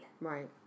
Right